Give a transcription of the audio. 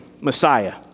Messiah